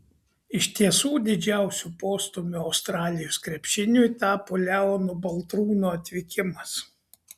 iš tiesų didžiausiu postūmiu australijos krepšiniui tapo leono baltrūno atvykimas